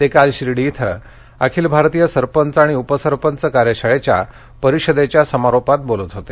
ते काल शिर्डी इथं अखिल भारतीय सरपंच आणि उपसरपंच कार्यशाळेच्या परिषदेच्या समारोपात बोलत होते